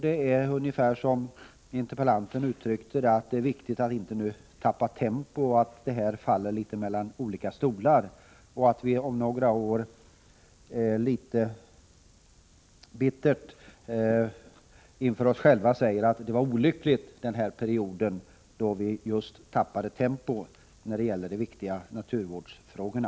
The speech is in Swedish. Det är, som interpellanten uttryckte det, viktigt att inte tappa tempo och att detta område inte faller mellan olika stolar, för att vi inte om några år till oss själva bittert skall säga att det var olyckligt att vi under denna period tappade tempo när det gäller de viktiga naturvårdsfrågorna.